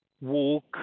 walk